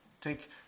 Take